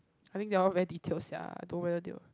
I mean they all very detailed sia don't know whether they will